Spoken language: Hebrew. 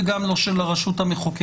וגם לא של הרשות המחוקקת.